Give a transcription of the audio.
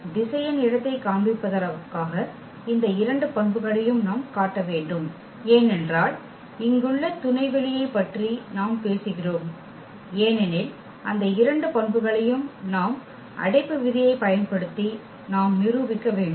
எனவே திசையன் இடத்தைக் காண்பிப்பதற்காக அந்த இரண்டு பண்புகளையும் நாம் காட்ட வேண்டும் ஏனென்றால் இங்குள்ள துணைவெளியைப் பற்றி நாம் பேசுகிறோம் ஏனெனில் அந்த இரண்டு பண்புகளையும் நாம் அடைப்பு விதியை பயன்படுத்தி நாம் நிரூபிக்க வேண்டும்